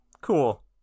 Cool